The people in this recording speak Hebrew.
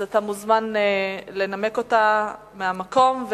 אתה מוזמן לנמק אותה מהמקום,